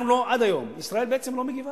אנחנו, עד היום ישראל בעצם לא מגיבה.